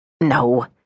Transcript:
No